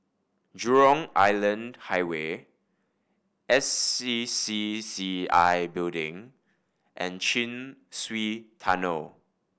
Jurong Island Highway S C C C I Building and Chin Swee Tunnel